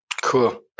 Cool